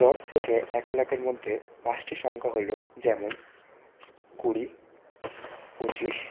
দশ থেকে এক লাখের মধ্যে পাঁচটি সংখ্যা হলো যেমন কুড়ি পঁচিশ